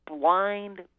blind